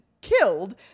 killed